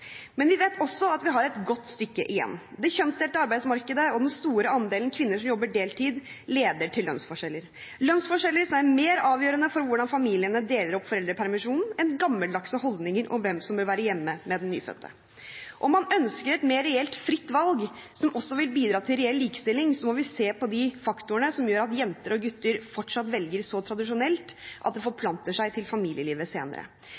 Men vi vet også at vi har et godt stykke igjen. Det kjønnsdelte arbeidsmarkedet og den store andelen kvinner som jobber deltid, leder til lønnsforskjeller, lønnsforskjeller som er mer avgjørende for hvordan familiene deler opp foreldrepermisjonen, enn gammeldagse holdninger om hvem som bør være hjemme med den nyfødte. Om man ønsker et mer reelt fritt valg som også vil bidra til reell likestilling, må vi se på de faktorene som gjør at jenter og gutter fortsatt velger så tradisjonelt at det forplanter seg til familielivet senere.